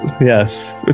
Yes